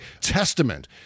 testament